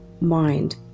mind